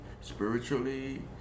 spiritually